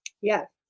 Yes